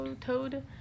toad